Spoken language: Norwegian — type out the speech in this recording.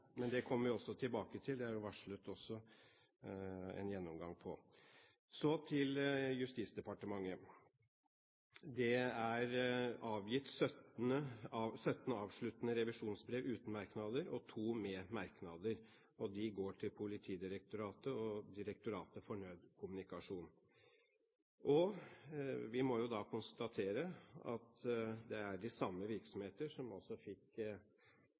det kommer jeg også tilbake til. Det er det jo også varslet en gjennomgang av. Så til Justisdepartementet: Det er avgitt 17 avsluttende revisjonsbrev uten merknader og to med merknader, og de går til Politidirektoratet og Direktoratet for nødkommunikasjon. Vi må da konstatere at det er de samme virksomheter som også fikk